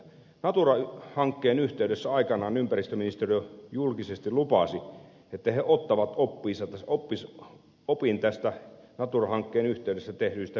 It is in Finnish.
natura hankkeen yhteydessä aikanaan ympäristöministeriö julkisesti lupasi että he ottavat opin näistä natura hankkeen yhteydessä tehdyistä virheistä